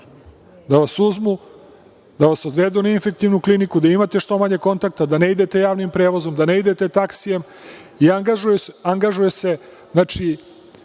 da vas uzmu, da vas odvedu na Infektivnu kliniku, da imate što manje kontakata, da ne idete javnim prevozom, da ne idete taksijem i angažuje se i